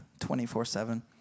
24-7